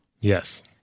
Yes